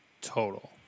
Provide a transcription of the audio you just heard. total